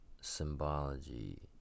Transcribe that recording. symbology